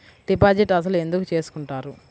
Deposit అసలు ఎందుకు చేసుకుంటారు?